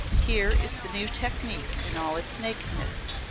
here is the new technique in all its nakedness,